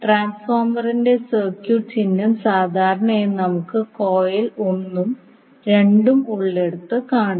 ട്രാൻസ്ഫോർമറിന്റെ സർക്യൂട്ട് ചിഹ്നം സാധാരണയായി നമുക്ക് കോയിൽ 1 ഉം 2 ഉം ഉള്ളിടത്ത് കാണിക്കുന്നു